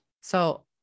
So-